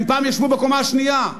הם פעם ישבו בקומה השנייה,